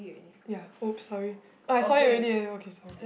ya oops sorry oh I saw it already eh okay sorry